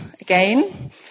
again